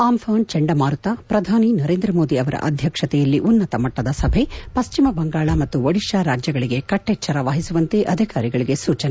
Amphan ಚಂಡಮಾರುತ ಪ್ರಧಾನಿ ನರೇಂದ್ರಮೋದಿ ಅವರ ಅಧ್ಯಕ್ಷತೆಯಲ್ಲಿ ಉನ್ನತಮಟ್ಟದ ಸಭೆ ಪಶ್ಲಿಮ ಬಂಗಾಳ ಮತ್ತು ಒಡಿತಾ ರಾಜ್ಯಗಳಿಗೆ ಕಟ್ಟೆಚ್ಚರ ವಹಿಸುವಂತೆ ಅಧಿಕಾರಿಗಳಿಗೆ ಸೂಚನೆ